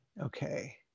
okay